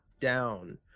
down